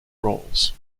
roles